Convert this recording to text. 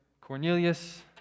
Cornelius